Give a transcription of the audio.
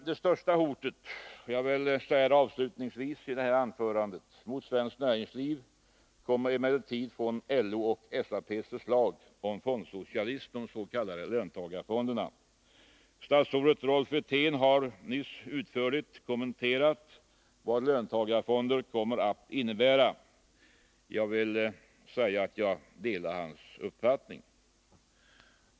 Jag vill i detta anförande avslutningsvis säga att det största hotet mot svenskt näringsliv emellertid kommer från LO:s och SAP:s förslag om fondsocialism, de s.k. löntagarfonderna. Statsrådet Rolf Wirtén har nyss utförligt kommenterat vad löntagarfonder kommer att innebära. Jag delar hans uppfattning.